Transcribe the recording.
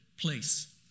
place